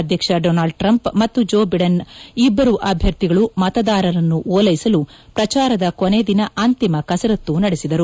ಅಧ್ಯಕ್ಷ Donald Trump ಮತ್ತು Joe Biden ಇಬ್ಬರು ಅಭ್ಯರ್ಥಿಗಳ ಮತದಾರರನ್ನು ಓಲ್ಟೆಸಲು ಇಬ್ಬರೂ ಅಭ್ಯರ್ಥಿಗಳು ಪ್ರಚಾರದ ಕೊನೆ ದಿನ ಅಂತಿಮ ಕಸರತ್ತು ನಡೆಸಿದರು